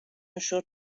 شرت